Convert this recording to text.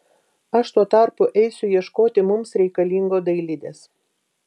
aš tuo tarpu eisiu ieškoti mums reikalingo dailidės